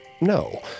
no